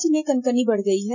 रांची में कनकनी बढ़ गई है